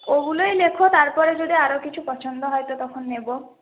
ওগুলোই লেখো তারপরে যদি আরও কিছু পছন্দ হয় তো তখন নেবো